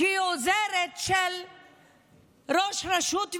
שהיא עוזרת של ראש רשות מקומית,